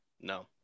No